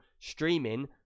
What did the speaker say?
streaming